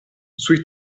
sui